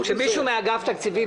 כשמישהו מאגף התקציבים,